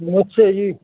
ਨਮਸਤੇ ਜੀ